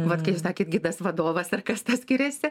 vat kai jūs sakėt gidas vadovas ar kas tas skiriasi